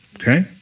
okay